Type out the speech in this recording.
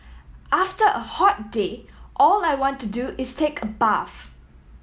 after a hot day all I want to do is take a bath